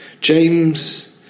James